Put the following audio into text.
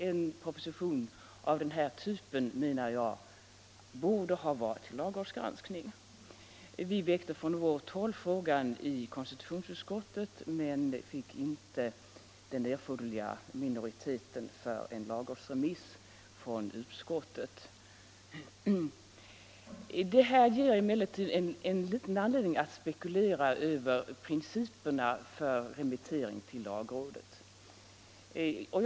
En proposition av just denna typ borde ha blivit föremål för lagrådsgranskning. Vi väckte från vårt håll frågan i konstitutionsutskottet men fick inte den erforderliga minoriteten för en lagrådsremiss från utskottet. Det inträffade ger emellertid anledning att spekulera över principerna för remittering till lagrådet.